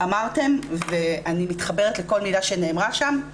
אמרתם ואני מתחברת לכל מילה שנאמרה שם,